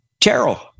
Carol